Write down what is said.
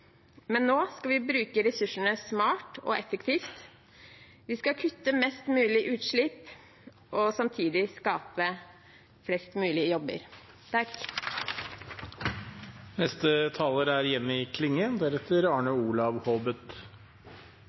men nå skal vi bruke ressursene smart og effektivt. Vi skal kutte mest mulig utslipp og samtidig skape flest mulig jobber.